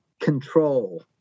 control